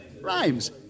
Rhymes